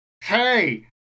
Hey